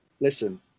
listen